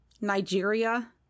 nigeria